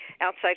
outside